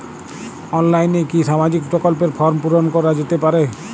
অনলাইনে কি সামাজিক প্রকল্পর ফর্ম পূর্ন করা যেতে পারে?